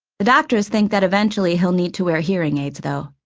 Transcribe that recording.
the doctors think that eventually he'll need to wear hearing aids, though.